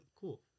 cool